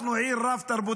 אנחנו עיר רב-תרבותית.